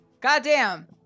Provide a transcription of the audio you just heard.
Goddamn